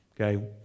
okay